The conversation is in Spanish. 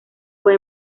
fue